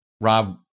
Rob